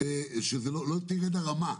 שלא תרד הרמה,